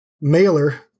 mailer